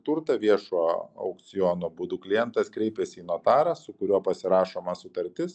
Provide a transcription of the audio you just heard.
turtą viešo aukciono būdu klientas kreipiasi į notarą su kuriuo pasirašoma sutartis